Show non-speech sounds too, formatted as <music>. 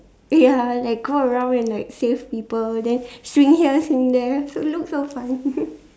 ya like go around and like save people then swing here swing there looks so fun <laughs>